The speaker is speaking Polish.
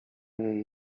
jej